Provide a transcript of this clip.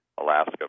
Alaska